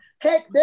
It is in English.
Heck